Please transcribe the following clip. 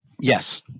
Yes